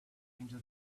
into